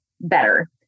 better